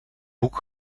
boek